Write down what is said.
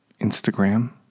Instagram